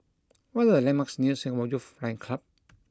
what are the landmarks near Singapore Youth Flying Club